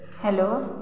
hello